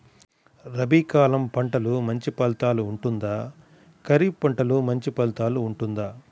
రబీ కాలం పంటలు మంచి ఫలితాలు ఉంటుందా? ఖరీఫ్ పంటలు మంచి ఫలితాలు ఉంటుందా?